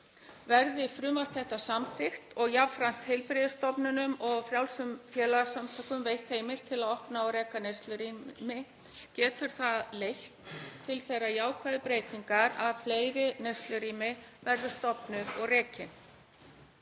Verði frumvarp þetta samþykkt og jafnframt heilbrigðisstofnunum og frjálsum félagasamtökum veitt heimild til að opna og reka neyslurými getur það leitt til þeirrar jákvæðu breytingar að fleiri neyslurými verði stofnuð og rekin,